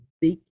big